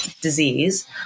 disease